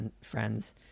friends